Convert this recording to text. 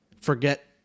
forget